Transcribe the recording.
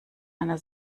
einer